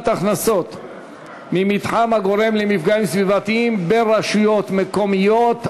הכנסות ממתחם הגורם למפגעים סביבתיים בין רשויות מקומיות),